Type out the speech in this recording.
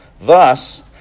Thus